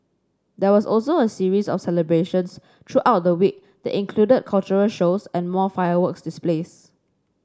there was also a series of celebrations throughout the week that included cultural shows and more fireworks displays